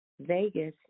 Vegas